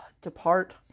depart